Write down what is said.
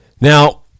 Now